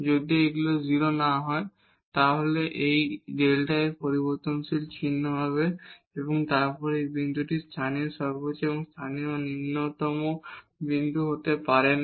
যদি এগুলো 0 না হয় তাহলে এই Δ f পরিবর্তনশীল চিহ্ন হবে এবং তারপর সেই বিন্দুটি লোকাল ম্যাক্সিমা এবং লোকাল মিনিমা হতে পারে না